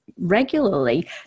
regularly